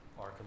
Arkham